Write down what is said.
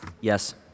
Yes